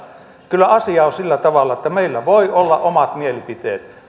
kyllä asia on sillä tavalla että meillä voi olla omat mielipiteet